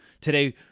Today